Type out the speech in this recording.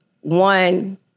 one